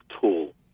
tool